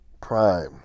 prime